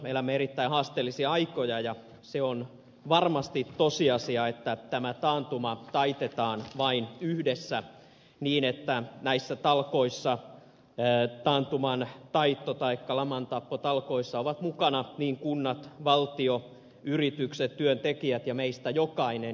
elämme erittäin haasteellisia aikoja ja se on varmasti tosiasia että tämä taantuma taitetaan vain yhdessä niin että näissä talkoissa taantumantaitto taikka lamantappotalkoissa ovat mukana niin kunnat valtio yritykset työntekijät kuin meistä jokainen